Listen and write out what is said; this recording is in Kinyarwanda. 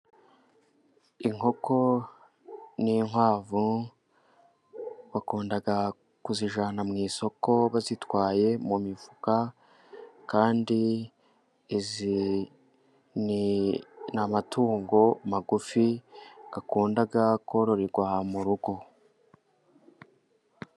Inkoko n'inkwavu bakunda kuzijyana mu isoko bazitwaye mu mifuka, kandi n'amatungo magufi yakunda kororerwa mu rugo.